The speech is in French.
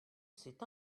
c’est